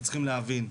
צריך להבין,